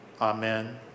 amen